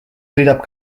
sõidab